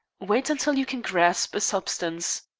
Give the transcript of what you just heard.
wait until you can grasp a substance.